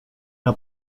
una